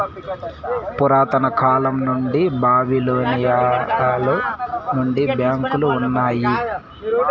పురాతన కాలం నుండి బాబిలోనియలో నుండే బ్యాంకులు ఉన్నాయి